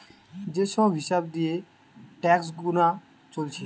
যে সব হিসাব দিয়ে ট্যাক্স গুনা চলছে